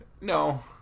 no